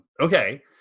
Okay